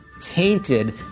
tainted